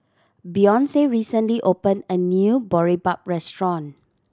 Beyonce recently opened a new Boribap restaurant